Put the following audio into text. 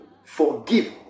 Forgive